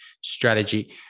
strategy